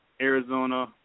Arizona